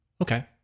Okay